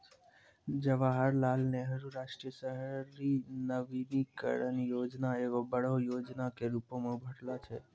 जवाहरलाल नेहरू राष्ट्रीय शहरी नवीकरण योजना एगो बड़ो योजना के रुपो मे उभरलो छै